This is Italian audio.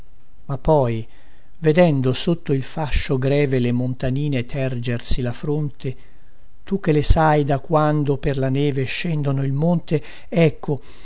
ma poi vedendo sotto il fascio greve le montanine tergersi la fronte tu che le sai da quando per la neve scendono il monte ecco